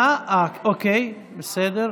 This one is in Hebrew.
אוקיי.